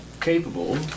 capable